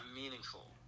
meaningful